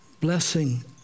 blessing